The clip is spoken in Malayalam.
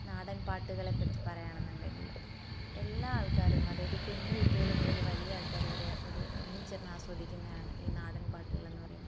നാടൻ പാട്ടുകളെ പറ്റി പറയാണെന്നുണ്ടെങ്കിൽ എല്ലാ ആൾക്കാരും അതായത് കുഞ്ഞു കുട്ടികൾ മുതൽ വലിയ ആൾക്കാർ വരെ ഒരു ഒന്നിച്ചിരുന്ന് ആസ്വദിക്കുന്നതാണ് ഈ നാടൻപാട്ടുകൾ എന്ന് പറയുന്നത്